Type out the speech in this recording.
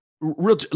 real